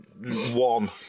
One